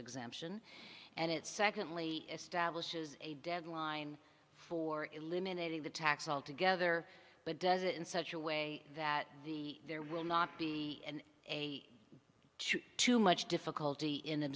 exemption and it secondly establishes a deadline for eliminating the tax altogether but does it in such a way that the there will not be a too much difficulty in